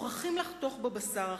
מוכרחים לחתוך בבשר החי.